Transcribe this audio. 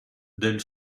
del